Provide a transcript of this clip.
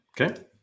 okay